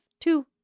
two